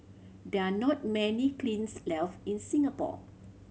there are not many kilns left in Singapore